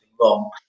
wrong